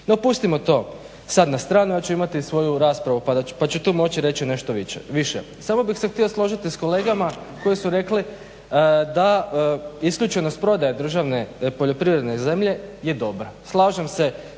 No, pustimo to sad na stranu, ja ću imati svoju raspravu pa ću tu moći reći nešto više. Samo bih se htio složiti s kolegama koje su rekli da isključenost prodaje državne poljoprivredne zemlje je dobra. Slažem se,